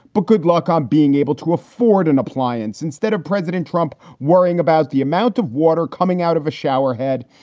but good luck on being able to afford an appliance instead of president trump worrying about the amount of water coming out of a showerhead.